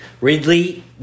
Ridley